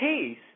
peace